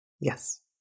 Yes